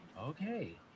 Okay